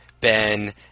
Ben